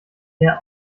mehr